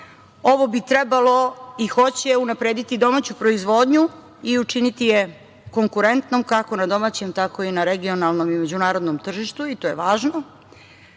Ovo bi trebalo i hoće unaprediti domaću proizvodnju i učiniti je konkurentnom kako na domaćem, tako i na regionalnom i međunarodnom tržištu i to je važno.Za